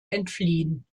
entfliehen